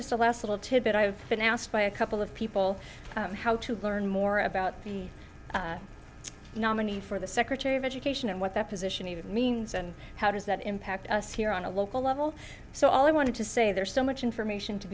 just a last little tidbit i have been asked by a couple of people how to learn more about the nominee for the secretary of education and what that position even means and how does that impact us here on a local level so all i want to say there's so much information to